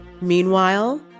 Meanwhile